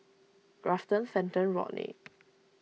Grafton Fenton Rodney